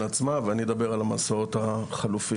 עצמה ואני אדבר על המסעות החלופיים.